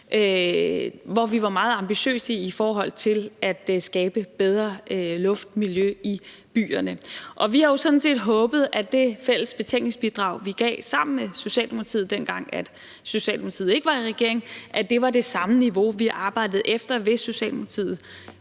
hvor vi var meget ambitiøse i forhold til at skabe bedre luftmiljø i byerne. Og vi havde jo sådan set håbet, at det fælles betænkningsbidrag, vi gav sammen med Socialdemokratiet, dengang Socialdemokratiet ikke var i regering, ville være det samme niveau, vi arbejdede efter, hvis Socialdemokratiet